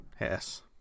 Yes